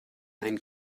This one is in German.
einen